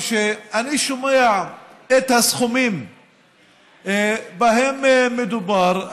כשאני שומע את הסכומים שבהם מדובר,